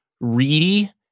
Reedy